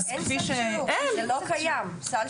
סל שילוב לא קיים.